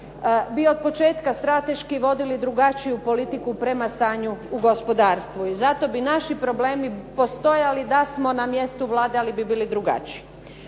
bi od početka strateški vodili drugačiju politiku prema stanju u gospodarstvu. I zato bi naši problemi postojali da smo na mjestu Vlade, ali bi bili drugačiji.